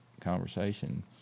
conversation